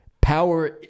Power